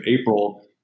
April